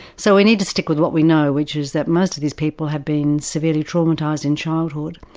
so we need to stick with what we know, which is that most of these people have been severely traumatised in childhood,